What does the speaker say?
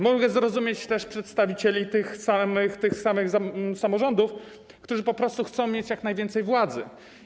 Mogę zrozumieć też przedstawicieli tych samych samorządów, którzy po prostu chcą mieć jak najwięcej władzy.